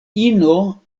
ino